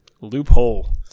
Loophole